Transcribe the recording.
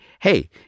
hey